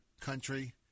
country